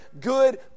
good